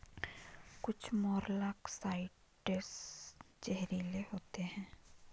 कुछ मोलॉक्साइड्स जहरीले होते हैं